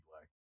black